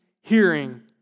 hearing